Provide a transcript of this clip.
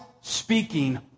speaking